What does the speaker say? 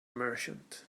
merchant